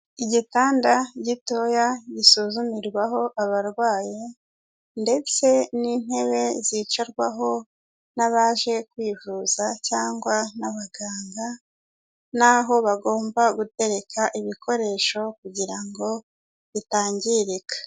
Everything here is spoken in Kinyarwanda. Igitanda gitoya gisuzumirwaho abarwayi ndetse n'intebe zicarwaho n'abaje kwivuza cyangwa n'abaganga, n'aho bagomba gutereka ibikoresho kugira ngo bitangirika.